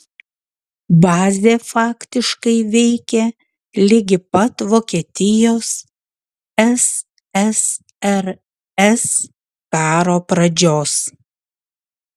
bazė faktiškai veikė ligi pat vokietijos ssrs karo pradžios